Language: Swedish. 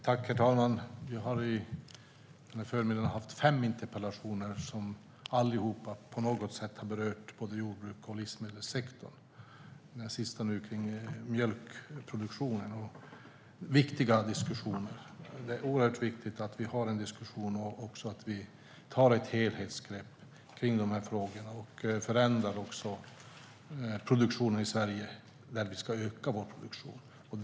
Herr talman! Under denna förmiddag har jag besvarat fem interpellationer som alla på något sätt har berört jordbruk och livsmedelssektorn. Den sista interpellationen gällde mjölkproduktionen. Det är viktiga diskussioner. Det är oerhört viktigt att det sker en diskussion och att vi tar ett helhetsgrepp om frågorna. Produktionen i Sverige måste ändras så att den ökar.